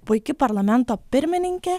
puiki parlamento pirmininkė